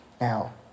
Now